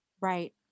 Right